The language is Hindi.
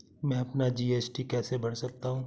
मैं अपना जी.एस.टी कैसे भर सकता हूँ?